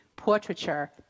portraiture